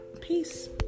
Peace